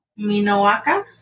Minowaka